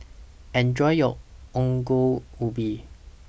Enjoy your Ongol Ubi